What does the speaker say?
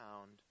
found